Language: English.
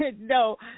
No